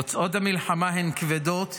הוצאות המלחמה הן כבדות,